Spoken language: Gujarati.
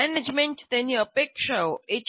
મેનેજમેન્ટ તેની અપેક્ષાઓ એચ